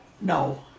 No